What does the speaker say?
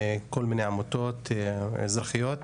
כל מיני עמותות אזרחיות.